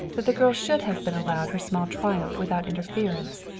that the girl should have been allowed her small triumph without interference.